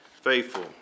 faithful